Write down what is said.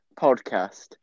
Podcast